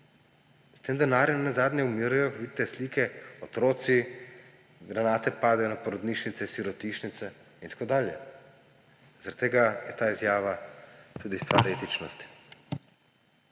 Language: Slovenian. S tem denarjem nenazadnje umirajo, vidite slike, otroci, granate padajo na porodnišnice, sirotišnice in tako dalje. Zaradi tega je ta izjava tudi stvar etičnosti.